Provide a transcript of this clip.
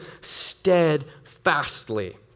steadfastly